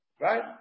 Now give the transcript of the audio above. Right